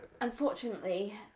Unfortunately